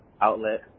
outlet